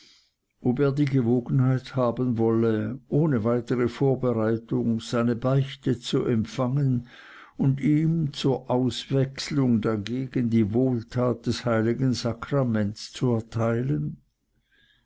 ob er die gewogenheit haben wolle ohne weitere vorbereitung seine beichte zu empfangen und ihm zur auswechselung dagegen die wohltat des heiligen sakraments zu erteilen